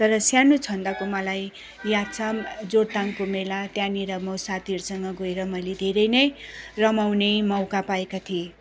तर सानो छँदाको मलाई याद छ जोरथाङको मेला त्यहाँनिर म साथीहरूसँग गएर मैले धेरै नै रमाउने मौका पाएका थिएँ